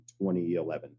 2011